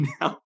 now